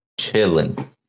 Chilling